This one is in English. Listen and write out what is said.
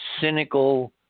cynical